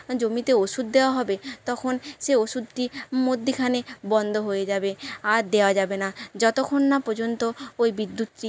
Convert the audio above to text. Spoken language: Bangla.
জমিতে ওষুধ দেওয়া হবে তখন সে ওষুধটি মধ্যেখানে বন্ধ হয়ে যাবে আর দেওয়া যাবে না যতক্ষণ না পযন্ত ওই বিদ্যুৎটি